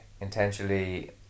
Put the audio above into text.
Intentionally